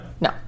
No